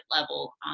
level